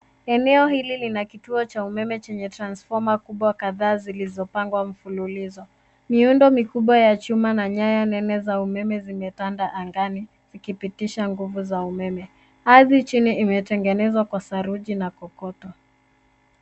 Eneo hili lina kituo cha umeme chenye transfoma kubwa kadhaa zilizopangwa mfululizo. Miundo mikubwa ya chuma na nyaya nene za umeme zimetanda angani zikipitisha nguvu za umeme. Ardhi chini imetengenezwa kwa saruji na kokoto.